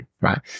right